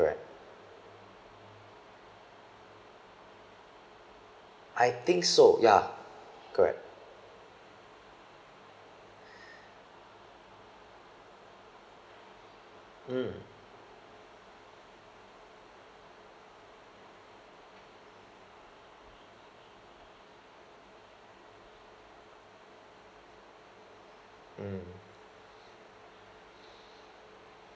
I think so ya correct mm mm